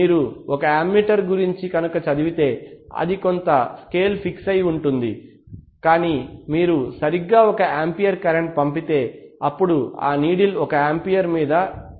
మీరు ఒక అమ్మీటర్ గురించి కనుక చదివితే అది కొంత స్కేల్ ఫిక్స్ అయి ఉంటుంది కాని మీరు సరిగ్గా ఒక ఆంపియర్ కరెంట్ పంపితే అప్పుడు ఆ నీడిల్ ఒక ఆంపియర్ మీద నిలబడకపోవచ్చు